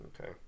Okay